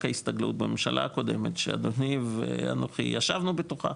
ההסתגלות בממשלה הקודמת שישבנו בתוכה,